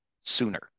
sooner